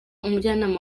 umujyanama